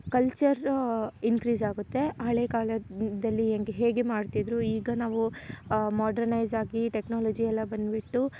culture increase ಆಗುತ್ತೆ ಹಳೆಕಾಲದ್ದು ದಲ್ಲಿ ಹೆಂಗೆ ಹೇಗೆ ಮಾಡ್ತಿದ್ರು ಈಗ ನಾವು ಮಾಡ್ರನೈಜಾಗಿ ಟೆಕ್ನೋಲಜಿ ಎಲ್ಲ ಬಂದುಬಿಟ್ಟು